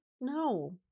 no